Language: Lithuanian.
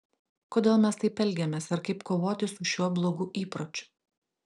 kodėl mes taip elgiamės ir kaip kovoti su šiuo blogu įpročiu